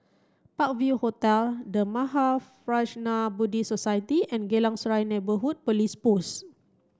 Park View Hotel The Mahaprajna Buddhist Society and Geylang Serai Neighbourhood Police Post